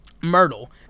Myrtle